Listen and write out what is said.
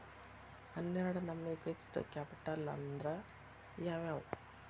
ಹನ್ನೆರ್ಡ್ ನಮ್ನಿ fixed capital ಅಂದ್ರ ಯಾವವ್ಯಾವು?